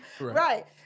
Right